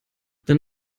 dann